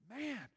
Man